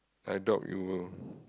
I doubt we will